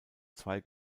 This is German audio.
zwei